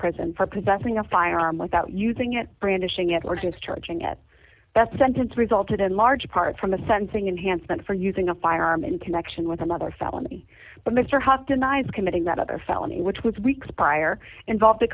prison for possessing a firearm without using it brandishing it or just charging at that sentence resulted in large part from a sensing enhancement for using a firearm in connection with another felony but mr hauck denies committing that other felony which was weeks prior involved a